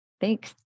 Thanks